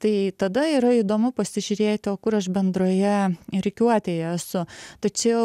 tai tada yra įdomu pasižiūrėti o kur aš bendroje rikiuotėje esu tačiau